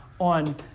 on